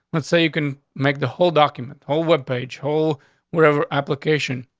let's say you can make the whole document whole webpage whole wherever application.